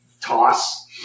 Toss